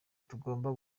tugomba